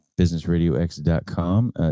businessradiox.com